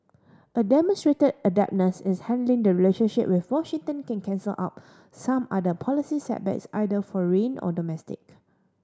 a demonstrated adeptness is handling the relationship with Washington can cancel out some other policy setbacks either foreign or domestic